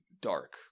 dark